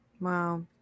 Wow